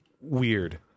weird